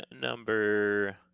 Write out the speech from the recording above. number